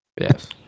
Yes